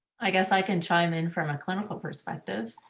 i guess i can chime in from a clinical perspective.